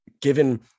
given